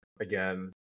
again